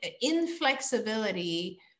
inflexibility